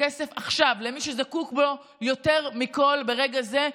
הכסף עכשיו למי שזקוק לו יותר מכול ברגע זה.